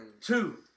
two